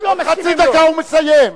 עוד חצי דקה הוא מסיים.